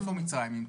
איפה נמצאת מצרים?